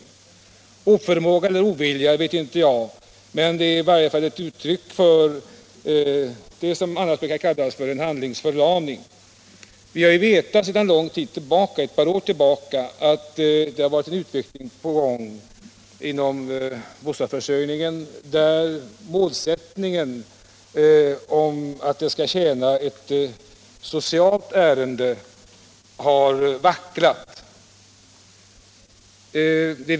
Jag vet inte om det är oförmåga eller ovilja, men det är i varje fall ett uttryck för det som annars brukar kallas handlingsförlamning. Vi har sedan ett par år vetat att det är en utveckling på gång inom bostadsförsörjningen som inte stämmer med målsättningen om att den skall tjäna ett socialt ärende.